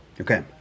Okay